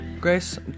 Grace